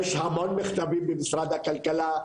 יש המון מכתבים במשרד הכלכלה,